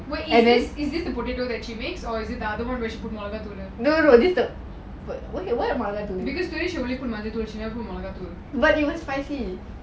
and then no no no this is the wa~ what மொளகா தூளு:molaga thoolu but it was spicy